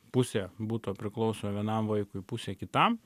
pusė buto priklauso vienam vaikui pusė kitam